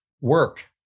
work